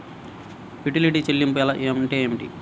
యుటిలిటీల చెల్లింపు అంటే ఏమిటి?